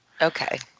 Okay